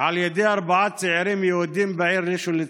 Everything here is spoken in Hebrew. על ידי ארבעה צעירים יהודים בעיר ראשון לציון.